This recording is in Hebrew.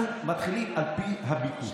אנחנו מתחילים על פי הביקוש.